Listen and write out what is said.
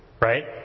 right